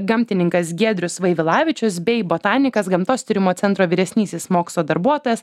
gamtininkas giedrius vaivilavičius bei botanikas gamtos tyrimo centro vyresnysis mokslo darbuotojas